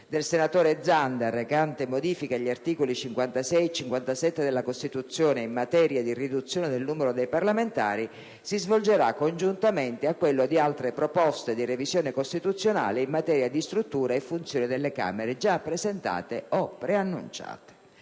del senatore Zanda, recante modifiche agli articoli 56 e 57 della Costituzione in materia di riduzione del numero dei parlamentari, si svolgerà congiuntamente a quello di altre proposte di revisione costituzionale in materia di struttura e funzione delle Camere, già presentate o preannunciate.